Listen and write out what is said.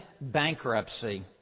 Bankruptcy